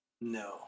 No